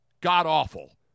god-awful